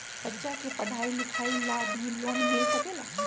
बच्चा के पढ़ाई लिखाई ला भी लोन मिल सकेला?